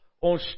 on